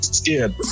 scared